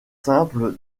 simple